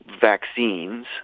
vaccines